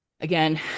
again